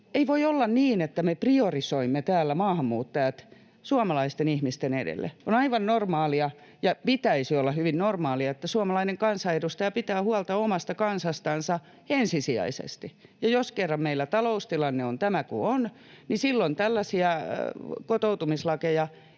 siis voi olla niin, että me priorisoimme täällä maahanmuuttajat suomalaisten ihmisten edelle. On aivan normaalia — ja pitäisi olla hyvin normaalia — että suomalainen kansanedustaja pitää huolta omasta kansastansa ensisijaisesti. Ja jos kerran meillä taloustilanne on tämä kuin on, niin silloin tällaisia kotoutumislakeja